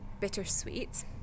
bittersweet